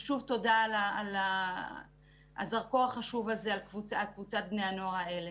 ושוב תודה על הזרקור החשוב הזה על קבוצת בני הנוער האלה.